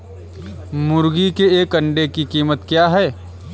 मुर्गी के एक अंडे की कीमत क्या है?